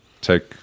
take